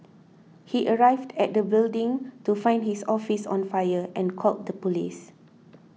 he arrived at the building to find his office on fire and called the police